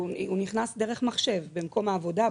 הוא נכנס דרך מחשב במקום העבודה,